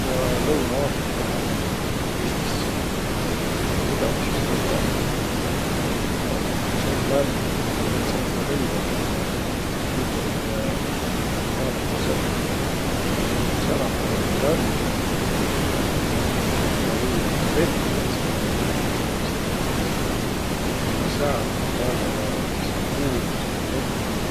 Ma lää Lõunõ-Afrikahe turistis, no midä ma sis võta? Noq, sääl um lämmi, vet ma piät sääntseq rõivaq võtma üteh, miä kannahtasõq säläh ollaq, ku lämmi om. Midä viil? Ma ei tiiäq, vett piät sääl olõma tingimäldäq vist. Et ku ma sääl nigu vällä lää, sis um kuum ja sis piät vett olõma.